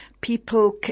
People